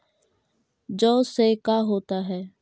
जौ से का होता है?